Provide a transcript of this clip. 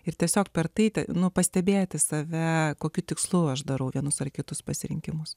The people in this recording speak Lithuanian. ir tiesiog per tai nu pastebėti save kokiu tikslu aš darau vienus ar kitus pasirinkimus